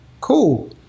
cool